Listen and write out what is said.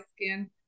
skin